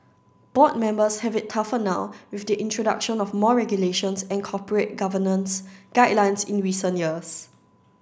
board members have it tougher now with the introduction of more regulations and corporate governance guidelines in recent years